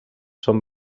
són